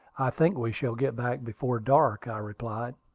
i think we shall get back before dark, i replied.